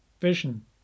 vision